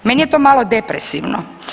Meni je to malo depresivno.